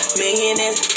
millionaires